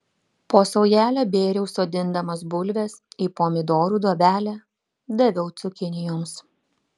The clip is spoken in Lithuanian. po saujelę bėriau sodindamas bulves į pomidorų duobelę daviau cukinijoms